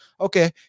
okay